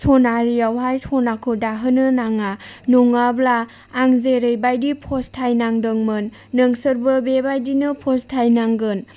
सनारियावहाय सनाखौ दाहोनो नाङा नङाब्ला आं जेरैबायदि फस्थाय नांदोंमोन नोंसोरबो बेबायदिनो फस्थाय नांगोन